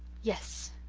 yes,